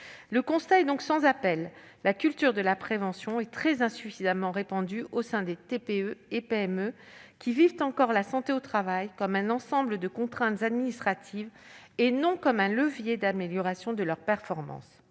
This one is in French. Le constat est donc sans appel : la culture de la prévention est très insuffisamment répandue au sein des TPE et PME, qui vivent encore la santé au travail comme un ensemble de contraintes administratives, et non comme un levier d'amélioration de leur performance.